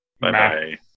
Bye-bye